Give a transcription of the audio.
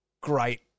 great